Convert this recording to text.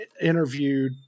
interviewed